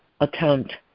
attempt